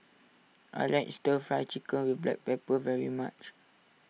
I like Stir Fry Chicken with Black Pepper very much